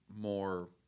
more